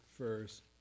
first